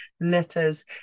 letters